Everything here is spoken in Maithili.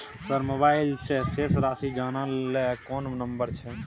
सर मोबाइल से शेस राशि जानय ल कोन नंबर छै?